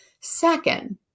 Second